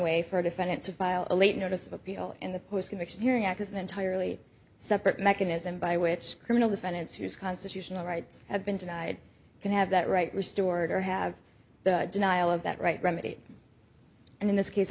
way for a defendant to file a late notice of appeal in the conviction hearing act is an entirely separate mechanism by which criminal defendants whose constitutional rights have been denied can have that right restored or have the denial of that right remedy and in this case